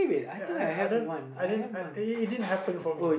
ya I I don't I don't it didn't happen for me